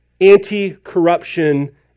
anti-corruption